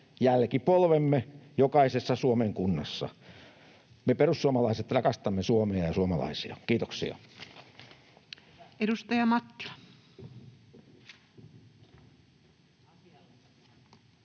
jälkipolvemme jokaisessa Suomen kunnassa. Me perussuomalaiset rakastamme Suomea ja suomalaisia. — Kiitoksia.